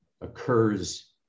occurs